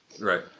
Right